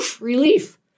relief